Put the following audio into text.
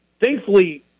Thankfully